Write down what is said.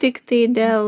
tiktai dėl